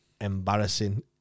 embarrassing